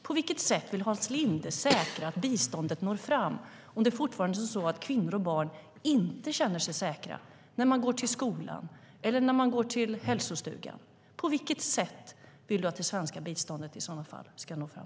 På vilket sätt vill Hans Linde säkra att biståndet når fram om det fortfarande är så att kvinnor och barn inte känner sig säkra när de går till skolan eller när de går till hälsostugan? På vilket sätt vill du att det svenska biståndet i så fall ska nå fram?